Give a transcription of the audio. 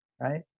right